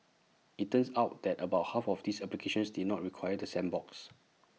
IT turns out that about half of these applications did not require the sandbox